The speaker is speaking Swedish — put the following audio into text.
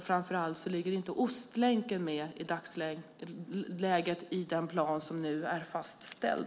Framför allt ligger inte Ostlänken med i den plan som nu är fastställd.